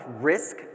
risk